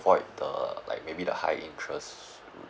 avoid the uh maybe the high interest